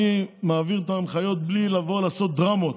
אני מעביר את ההנחיות בלי לבוא ולעשות דרמות.